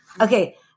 Okay